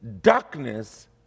darkness